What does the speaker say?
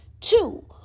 Two